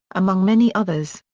among many others.